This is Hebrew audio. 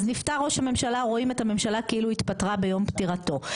אז נפטר ראש הממשלה רואים את הממשלה כאילו התפטרה ביום פטירתו,